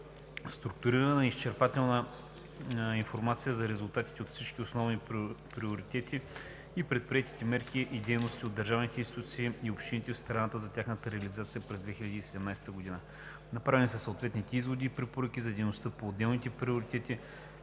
структурирана и изчерпателна информация за резултатите по всички основни приоритети и предприетите мерки и дейности от държавните институции и общините в страната за тяхната реализация за 2017 г. Направени са съответните изводи и препоръки за дейностите по отделните приоритети,